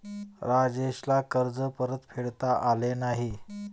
राजेशला कर्ज परतफेडता आले नाही